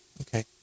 Okay